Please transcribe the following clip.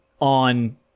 on